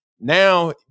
now